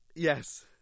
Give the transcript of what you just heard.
Yes